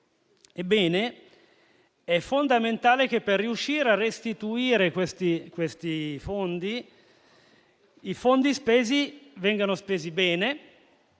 Ebbene, è fondamentale che, per riuscire a restituire questi fondi, le risorse vengano spese bene,